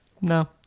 No